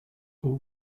all